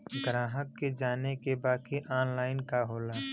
ग्राहक के जाने के बा की ऑनलाइन का होला?